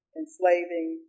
enslaving